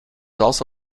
also